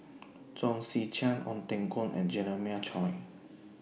Chong Tze Chien Ong Teng Koon and Jeremiah Choy